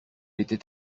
était